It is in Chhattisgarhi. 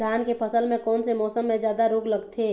धान के फसल मे कोन से मौसम मे जादा रोग लगथे?